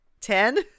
ten